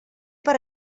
per